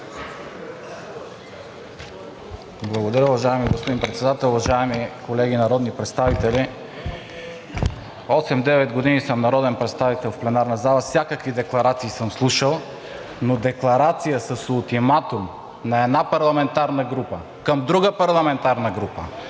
Благодаря, уважаеми господин Председател. Уважаеми колеги народни представители! Осем-девет години съм народен представител, в пленарната зала всякакви декларации съм слушал, но декларация с ултиматум на една парламентарна група към друга парламентарна група